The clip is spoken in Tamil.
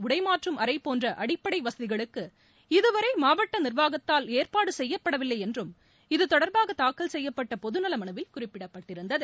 உடைமாற்றும் அறை போன்ற அடிப்படை வசதிகளுக்கு இதுவரை மாவட்ட நிர்வாகத்தால் ஏற்பாடு செய்யப்படவில்லை என்றும் இதுதொடர்பாக தாக்கல் செய்யப்பட்ட பொதுநல மனுவில் குறிப்பிடப்பட்டிருந்தது